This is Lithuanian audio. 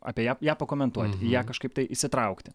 apie ją ją pakomentuoti ją kažkaip tai įsitraukti